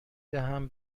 دهم